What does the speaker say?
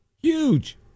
Huge